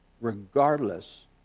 regardless